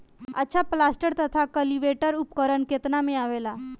अच्छा प्लांटर तथा क्लटीवेटर उपकरण केतना में आवेला?